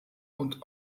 und